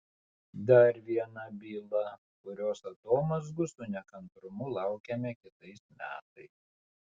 dar viena byla kurios atomazgų su nekantrumu laukiame kitais metais